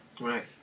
right